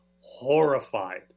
horrified